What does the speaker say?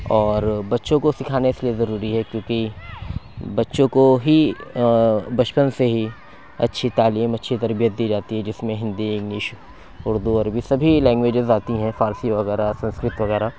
اور بچوں کو سکھانا اِس لیے ضروری ہے کیوں کہ بچوں کو ہی بچپن سے ہی اچھی تعلیم اچھی تربیت دی جاتی ہے جس میں ہندی انگلش اُردو عربی سبھی لینگویجز آتی ہیں فارسی وغیرہ سنسکرت وغیرہ